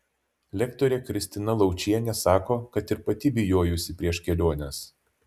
lektorė kristina laučienė sako kad ir pati bijojusi prieš keliones